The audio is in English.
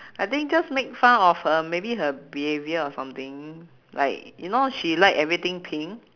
I think just make fun of her maybe her behaviour or something like you know she like everything pink